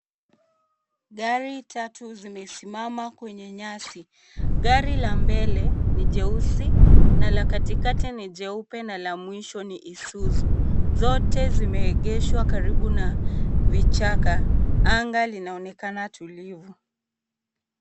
Gari tatu zimesimama kwenye nyasi, gari la mbele ni jeusi na la katikati ni jeupe na la mwisho ni Isuzu, zote zimeegeshwa karibu na vichaka, anga linaonekana tulivu.